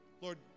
Lord